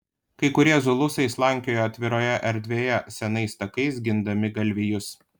kai kurie zulusai slankiojo atviroje erdvėje senais takais gindami galvijus